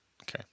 Okay